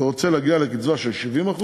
ורוצה להגיע לקצבה של 70%,